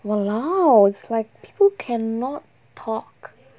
!walao! it's like people cannot talk